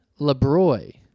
LeBroy